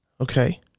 Okay